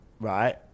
right